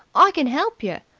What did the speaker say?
i can help yer.